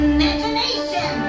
Imagination